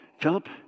Philip